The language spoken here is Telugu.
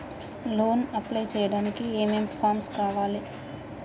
లోన్ అప్లై చేయడానికి ఏం ఏం ఫామ్స్ కావాలే?